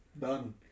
Done